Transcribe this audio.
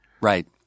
Right